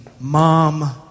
mom